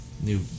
new